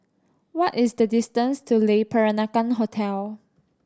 what is the distance to Le Peranakan Hotel